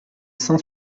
cent